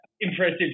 impressive